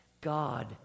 God